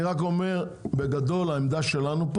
בגדול העמדה שלנו,